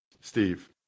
Steve